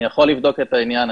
אני יכול לבדוק את העניין,